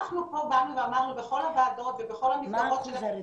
אנחנו פה אמרנו בכל הוועדות ובכל המסגרות של